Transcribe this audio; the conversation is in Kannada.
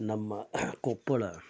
ನಮ್ಮ ಕೊಪ್ಪಳ